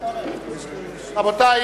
רבותי,